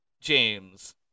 James